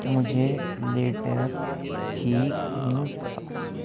مجھے لیٹسٹ ٹھیک نیوز بتاؤ